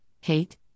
hate